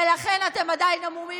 ולכן אתם עדיין המומים.